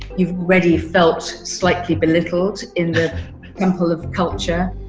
you've already felt slightly belittled in the temple of culture.